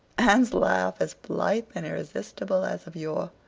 anne's laugh, as blithe and irresistible as of yore,